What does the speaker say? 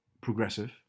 progressive